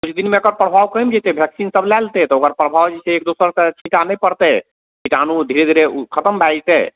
किछु दिनमे एकर प्रभाव कमि जेतय वैक्सीन सब लए लेतय तऽ ओकर प्रभाव जे छै एक दोसर तऽ छिटा नहि पड़तय किटाणु धीरे धीरे उ खतम भए जेतय